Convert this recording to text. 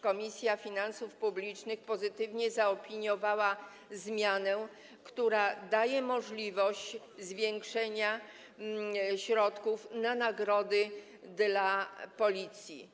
Komisja Finansów Publicznych pozytywnie zaopiniowała również zmianę, która daje możliwość zwiększenia środków na nagrody dla Policji.